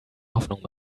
hoffnungen